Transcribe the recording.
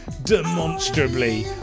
Demonstrably